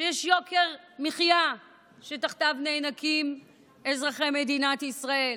שיש יוקר מחיה שתחתיו נאנקים אזרחי מדינת ישראל.